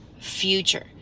future